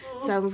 oh